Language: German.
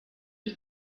die